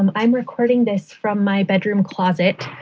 i'm i'm recording this from my bedroom closet.